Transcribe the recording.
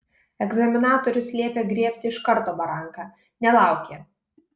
egzaminatorius liepė griebti iš karto baranką nelaukė